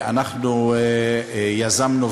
אנחנו יזמנו,